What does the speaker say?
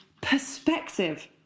perspective